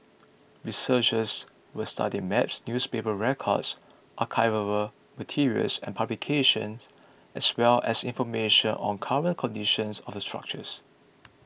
researchers will study maps newspaper records archival materials and publications as well as information on current conditions of the structures